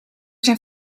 zijn